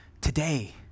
today